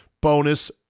bonus